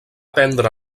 prendre